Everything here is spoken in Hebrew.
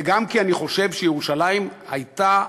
וגם כי אני חושב שירושלים הייתה,